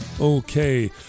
Okay